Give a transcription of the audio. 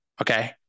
Okay